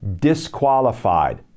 disqualified